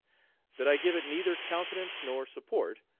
that i give it neither countenance nor support,